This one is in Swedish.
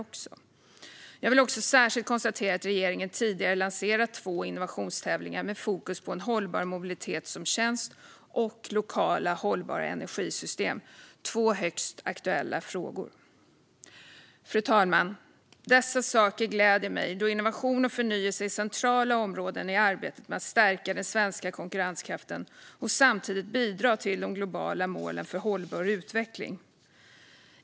Jag vill särskilt konstatera att regeringen tidigare lanserat två innovationstävlingar med fokus på hållbar mobilitet som tjänst och lokala hållbara energisystem, två högst aktuella frågor. Fru talman! Dessa saker gläder mig, då innovation och förnyelse är centrala områden i arbetet med att stärka den svenska konkurrenskraften och samtidigt bidra till de globala målen för hållbar utveckling.